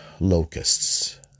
Locusts